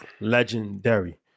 Legendary